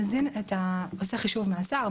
עושה חישוב מאסר,